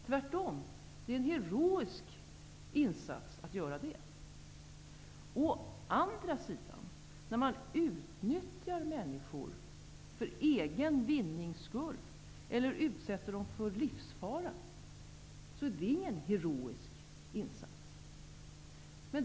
Tvärtom är det en heroisk insats. Däremot är det ingen heroisk insats om man utnyttjar människor för egen vinnings skull eller utsätter människor för livsfara.